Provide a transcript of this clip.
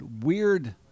weird